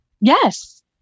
Yes